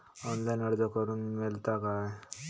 Online अर्ज करूक मेलता काय?